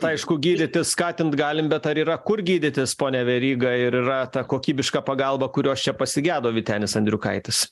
aišku gydyti skatint galim bet ar yra kur gydytis pone veryga ir yra ta kokybiška pagalba kurios čia pasigedo vytenis andriukaitis